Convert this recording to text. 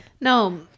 No